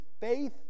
faith